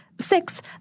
Six